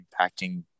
impacting